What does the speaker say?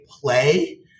play